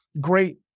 great